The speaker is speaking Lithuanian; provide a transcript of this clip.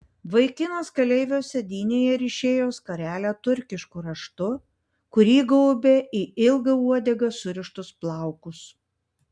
vaikinas keleivio sėdynėje ryšėjo skarelę turkišku raštu kuri gaubė į ilgą uodegą surištus plaukus